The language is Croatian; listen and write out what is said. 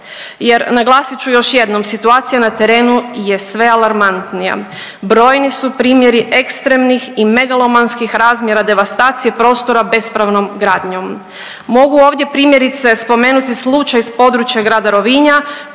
jer, naglasit ću još jednom, situacija na terenu je sve alarmantnija. Brojni su primjeri ekstremnih i megalomanskih razmjera devastacije prostora bespravnom gradnjom. Mogu ovdje primjerice, spomenuti slučaj s područja grada Rovinja